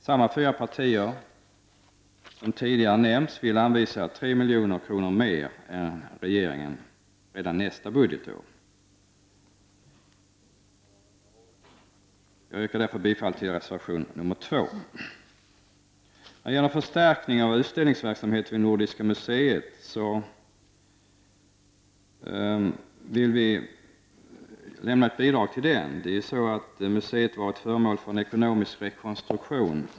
Samma fyra partier som tidigare nämnts vill anvisa 3 milj.kr. mer än regeringen redan nästa budgetår. Jag yrkar bifall till reservation nr 2. Vi vill vidare bidra till en förstärkning av utställningsverksamheten vid Nordiska museet. Nordiska museet har varit föremål för en ekonomisk rekonstruktion.